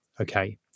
Okay